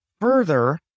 Further